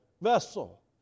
vessel